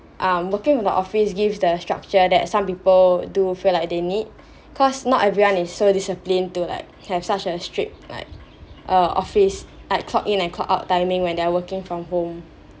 um working in the office gives the structure that some people do feel like they need cause not everyone is so disciplined to like have such as strict like uh office at clock in and clock out timing when they're working from home